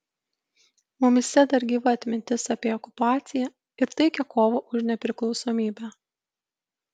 mumyse dar gyva atmintis apie okupaciją ir taikią kovą už nepriklausomybę